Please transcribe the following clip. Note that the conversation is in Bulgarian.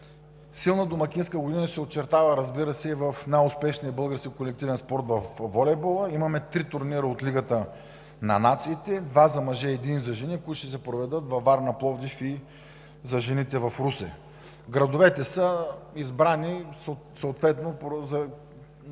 Силна домакинска година се очертава и в най-успешния български колективен спорт – във волейбола. Имаме три турнира от лигата на нациите – два за мъже и един за жени, които ще се проведат във Варна, Пловдив, и за жените – в Русе. Градовете са избрани съответно заради